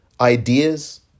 ideas